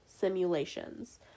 simulations